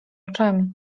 oczami